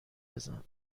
بزن